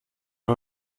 bei